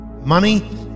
Money